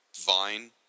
vine